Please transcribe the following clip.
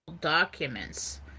documents